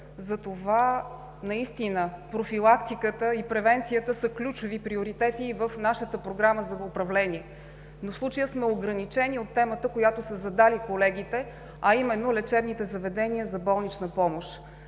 затова профилактиката и превенцията наистина са ключови приоритети в нашата Програма за управление. В случая сме ограничени от темата, която са задали колегите – лечебните заведения за болнична помощ.